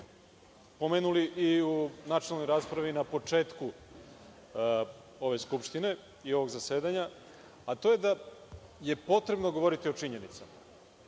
pomenuli i u načelnoj raspravi i na početku ove Skupštine i ovog zasedanja, a to je da je potrebno govoriti o činjenicama.